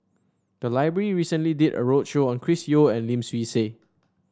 the library recently did a roadshow on Chris Yeo and Lim Swee Say